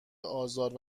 آزار